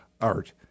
art